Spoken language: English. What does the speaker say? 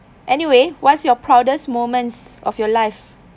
anyway what's your proudest moments of your life